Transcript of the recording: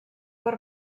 per